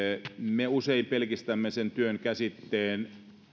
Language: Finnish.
me usein pelkistämme sen työn käsitteen